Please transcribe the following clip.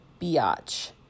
biatch